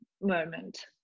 moment